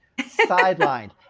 Sidelined